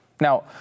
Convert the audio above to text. Now